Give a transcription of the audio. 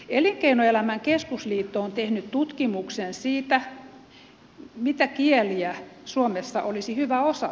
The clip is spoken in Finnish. elinkeinoelämän keskusliitto on tehnyt tutkimuksen siitä mitä kieliä suomessa olisi hyvä osata